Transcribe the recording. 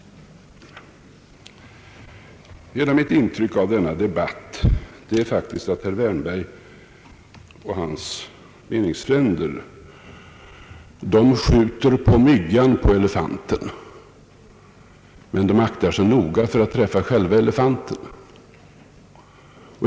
Hela mitt intryck av denna debatt är faktiskt att herr Wärnberg och hans meningsfränder skjuter på myggan på elefanten, men de aktar sig noga för att träffa själva elefanten.